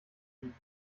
liegen